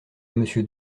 monsieur